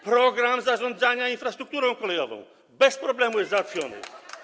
Program zarządzania infrastrukturą kolejową - bez problemu, jest załatwiony.